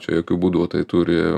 čia jokiu būdu tai turi